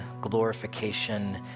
glorification